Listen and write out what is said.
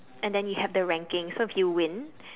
and then you have the ranking so if you win